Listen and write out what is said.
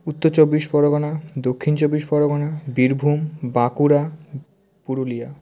উত্তর চব্বিশ পরগনা দক্ষিণ চব্বিশ পরগনা বীরভূম বাঁকুড়া পুরুলিয়া